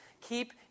keep